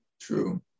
True